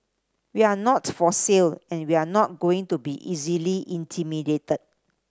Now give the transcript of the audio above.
we're not for sale and we're not going to be easily intimidated